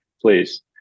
please